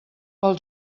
pel